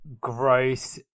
gross